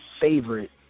favorite